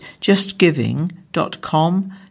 JustGiving.com